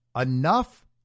Enough